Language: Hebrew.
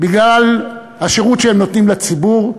בגלל השירות שהם נותנים לציבור,